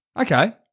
Okay